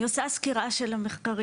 אני עושה סקירה של המחקרים,